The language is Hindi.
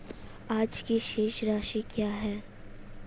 आज की शेष राशि क्या है?